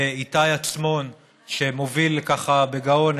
לאיתי עצמון שמוביל בגאון,